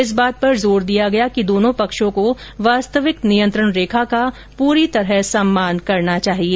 इस बात पर जोर दिया गया कि दोनों पक्षों को वास्तविक नियंत्रण रेखा का पूरी तरह सम्मान करना चाहिए